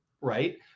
Right